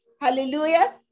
Hallelujah